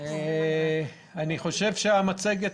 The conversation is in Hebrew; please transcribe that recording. אחרי הסיפור של מעקב המגעים,